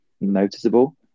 noticeable